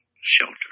shelter